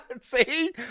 See